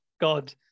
God